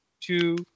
two